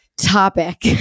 topic